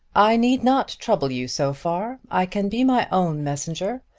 i need not trouble you so far. i can be my own messenger.